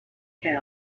care